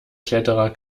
kletterer